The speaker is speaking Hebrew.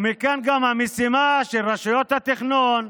ומכאן גם המשימה של רשויות התכנון,